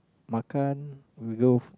makan we go